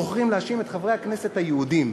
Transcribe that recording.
בוחרים להאשים את חברי הכנסת היהודים,